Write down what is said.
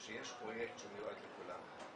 שיש פרויקט שמיועד לכולם,